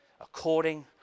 according